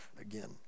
again